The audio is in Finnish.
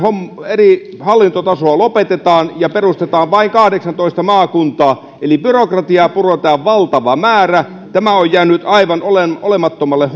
eri hallintotasoa lopetetaan ja perustetaan vain kahdeksantoista maakuntaa eli byrokratiaa puretaan valtava määrä tämä on jäänyt aivan olemattomalle